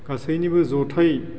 गासैनिबो जथायै